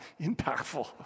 impactful